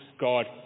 God